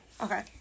Okay